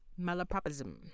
malapropism